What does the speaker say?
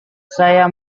saya